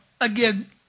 again